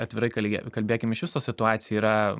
atvirai kalbė kalbėkim iš viso situacija yra